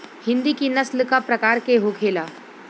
हिंदी की नस्ल का प्रकार के होखे ला?